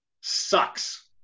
sucks